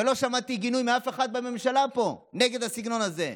ולא שמעתי גינוי מאף אחד בממשלה פה נגד הסגנון הזה.